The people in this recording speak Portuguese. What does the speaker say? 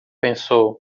pensou